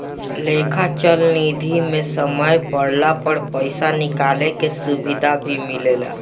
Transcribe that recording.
लेखा चल निधी मे समय पड़ला पर पइसा निकाले के सुविधा भी मिलेला